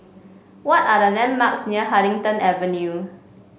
what are the landmarks near Huddington Avenue